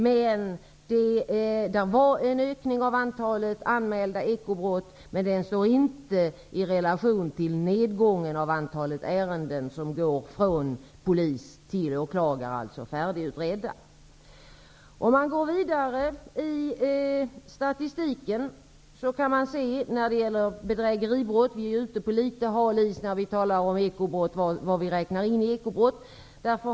Det var en ökning av antalet anmälda ekobrott, men den står inte i relation till nedgången av antalet ärenden som går från polis till åklagare och alltså är färdigutredda. Låt oss gå vidare i statistiken när det gäller bedrägeribrott. Vi är ute på litet hal is när vi talar om ekobrott och vad som räknas in i dem.